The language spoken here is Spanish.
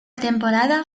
temporada